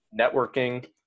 networking